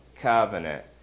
covenant